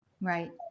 Right